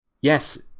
yes